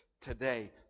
today